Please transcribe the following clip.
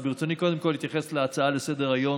אבל ברצוני קודם כול להתייחס להצעה לסדר-היום